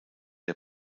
der